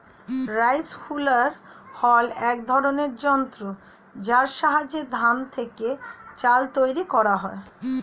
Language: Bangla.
রাইস হুলার হল এক ধরনের যন্ত্র যার সাহায্যে ধান থেকে চাল তৈরি করা হয়